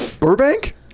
Burbank